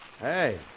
Hey